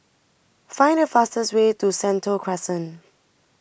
find the fastest way to Sentul Crescent